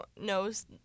knows